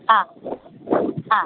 ആ ആ